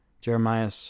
Jeremiah